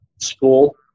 school